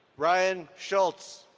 ryan schultz.